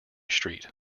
street